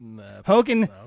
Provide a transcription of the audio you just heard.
Hogan